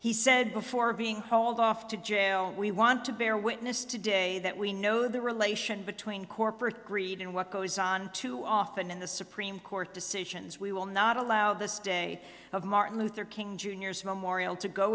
he said before being hauled off to jail we want to bear witness today that we know the relation between corporate greed and what goes on too often in the supreme court decisions we will not allow this day of martin luther king jr's memorial to go